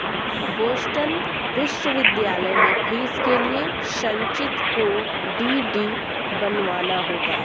Boston विश्वविद्यालय में फीस के लिए संचित को डी.डी बनवाना होगा